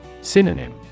Synonym